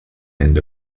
end